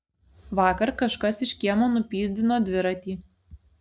vakar kažkas iš kiemo nupyzdino dviratį